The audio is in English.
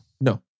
No